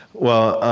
well,